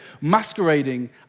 masquerading